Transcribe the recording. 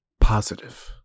positive